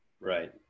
Right